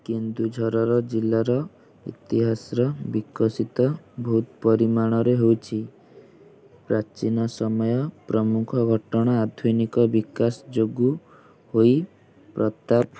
କେନ୍ଦୁଝରର ଜିଲ୍ଲାର ଇତିହାସର ବିକଶିତ ବହୁ ପରିମାଣରେ ହୋଇଛି ପ୍ରାଚୀନ ସମୟ ପ୍ରମୁଖ ଘଟଣା ଆଧୁନିକ ବିକାଶ ଯୋଗୁଁ ହୋଇ ପ୍ରତାପ